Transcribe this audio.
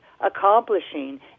accomplishing